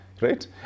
right